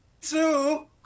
two